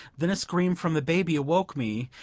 then a scream from the baby awoke me,